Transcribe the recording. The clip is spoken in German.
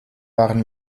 waren